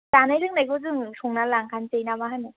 जानाय लोंनायखौ जोङो संना लांखानोसै ना मा होनो